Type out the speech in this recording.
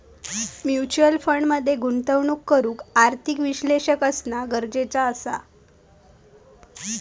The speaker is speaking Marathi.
म्युच्युअल फंड मध्ये गुंतवणूक करूक आर्थिक विश्लेषक असना गरजेचा असा